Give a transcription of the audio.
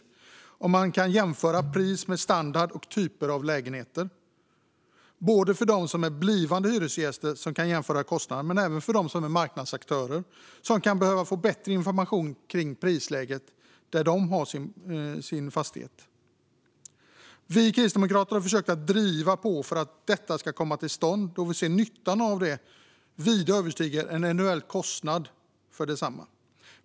Det är bra om man kan jämföra pris med standard och typer av lägenheter både för dem som är blivande hyresgäster, som kan jämföra kostnaderna, och för dem som är marknadsaktörer, som kan behöva få bättre information kring prisläget där de har sin fastighet. Vi kristdemokrater har försökt att driva på för att detta ska komma till stånd då vi ser att nyttan av det vida överstiger eventuell kostnad för detsamma.